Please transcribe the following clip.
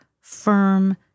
firm